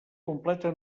completa